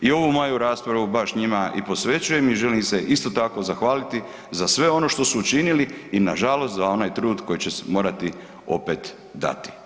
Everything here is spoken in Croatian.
I ovu moju raspravu baš njima i posvećujem i želim se isto tako zahvaliti za sve ono što su učinili i nažalost za onaj trud koji će se morati opet dati.